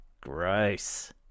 Gross